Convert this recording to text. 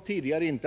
säga så.